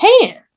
hand